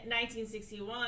1961